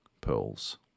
pearls